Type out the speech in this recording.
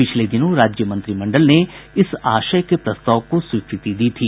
पिछले दिनों राज्य मंत्रिमंडल ने इस आशय के प्रस्ताव को स्वीकृति दी थी